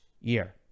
year